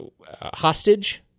hostage